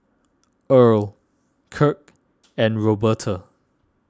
Erle Kirk and Roberta